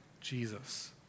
Jesus